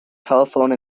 telephone